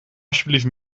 alsjeblieft